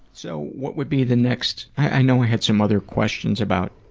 so what would be the next, i know i had some other questions about